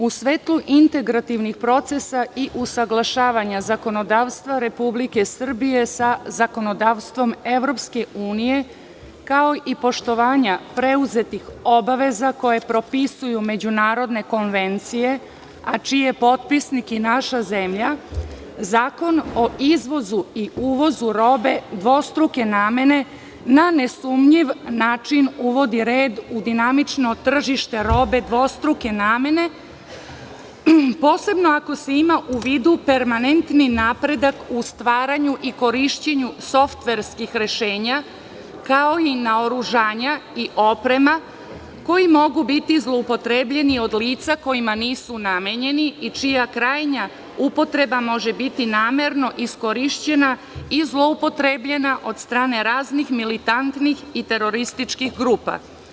U svetlu integrativnih procesa i usaglašavanja zakonodavstva Republike Srbije sa zakonodavstvom EU, kao i poštovanja preuzetih obaveze koje propisuju međunarodne konvencije a čiji je potpisnik i naša zemlja, Zakon o izvozu i uvozu robe dvostruke namene na nesumnjiv način uvodi red u dinamično tržište robe dvostruke namene, posebno ako se ima u vidu permanentni napredak u stvaranju i korišćenju softverskih rešenja, kao i naoružanja i oprema koji mogu biti zloupotrebljeni od lica kojima nisu namenjeni i čija krajnja upotreba može biti namerno iskorišćena i zloupotrebljena od strane raznih militantnih i terorističkih grupa.